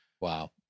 Wow